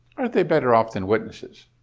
are they better off than witnesses?